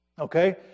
Okay